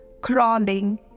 crawling